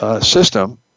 system